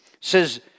says